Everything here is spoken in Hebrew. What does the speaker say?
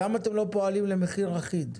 למה אתם לא פועלים למחיר אחיד?